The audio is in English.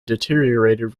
deteriorated